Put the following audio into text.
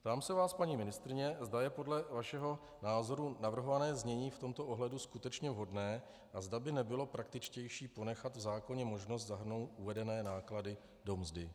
Ptám se vás, paní ministryně, zda je podle vašeho názoru navrhované znění v tomto ohledu skutečně vhodné a zda by nebylo praktičtější ponechat v zákoně možnost zahrnout uvedené náklady do mzdy.